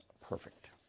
perfect